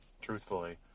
truthfully